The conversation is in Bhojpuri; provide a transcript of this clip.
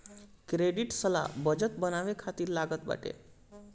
क्रेडिट सलाह बजट बनावे खातिर लागत बाटे